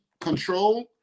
control